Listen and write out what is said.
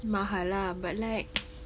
mahal lah but like